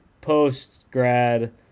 post-grad